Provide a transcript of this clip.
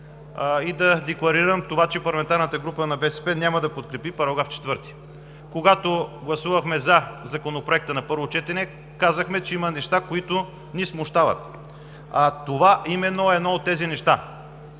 и да декларирам, че парламентарната група на „БСП за България“ няма да подкрепи § 4. Когато гласувахме „за“ Законопроекта на първо четене, казахме, че има неща, които ни смущават. Това именно е едно от тези неща.